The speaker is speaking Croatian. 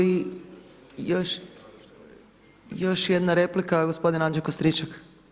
I još jedna replika gospodin Anđelko Stričak.